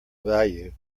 value